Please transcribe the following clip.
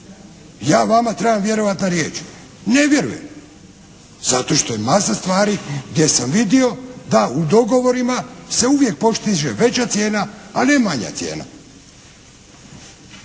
Ja vama trebam vjerovati na riječ. Ne vjerujem. Zato što je masa stvari gdje sam vidio da u dogovorima se uvijek postiže veća cijena, a ne manja cijena.